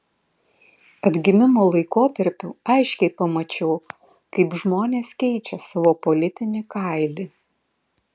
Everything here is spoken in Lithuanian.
atgimimo laikotarpiu aiškiai pamačiau kaip žmonės keičia savo politinį kailį